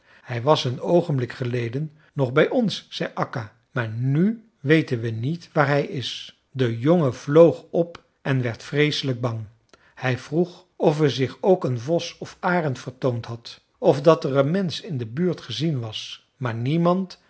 hij was een oogenblik geleden nog bij ons zei akka maar nu weten we niet waar hij is de jongen vloog op en werd vreeselijk bang hij vroeg of er zich ook een vos of arend vertoond had of dat er een mensch in de buurt gezien was maar niemand